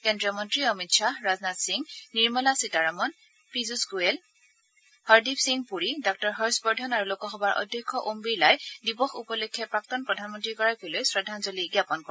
কেন্দ্ৰীয় মন্ত্ৰী অমিত খাহ ৰাজনাথ সিং নিৰ্মলা সীতাৰমন পীয়ৃষ গোৱেল হৰদীপ সিং পুৰী ডাঃ হৰ্যবৰ্ধন আৰু লোকসভাৰ অধ্যক্ষ ওম বিৰলাই দিৱস উপলক্ষে প্ৰাক্তন প্ৰধানমন্ত্ৰীগৰাকীলৈ শ্ৰদ্ধাঞ্জলি জ্ঞাপন কৰে